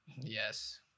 yes